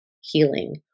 healing